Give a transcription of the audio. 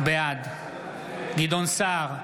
בעד גדעון סער,